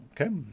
Okay